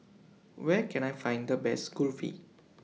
Where Can I Find The Best Kulfi